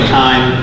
time